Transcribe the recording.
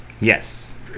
yes